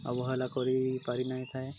ଅବହେଳା କରି ପାରି ନାଇ ଥାଏ